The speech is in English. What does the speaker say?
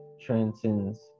transcends